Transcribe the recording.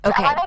Okay